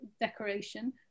decoration